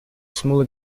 smaller